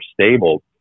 stable